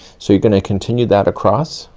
so you're gonna continue that across.